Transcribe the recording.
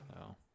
No